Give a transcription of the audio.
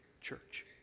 church